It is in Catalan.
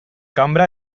cambra